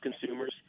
consumers